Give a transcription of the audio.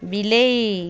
ବିଲେଇ